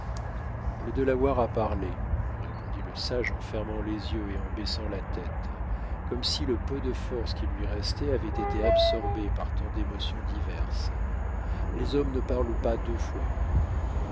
le delaware a parlé répondit le sage en fermant les yeux et en baissant la tête comme si le peu de forces qui lui restaient avaient été absorbées par tant d'émotions diverses les hommes ne parlent pas deux fois